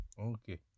Okay